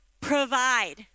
provide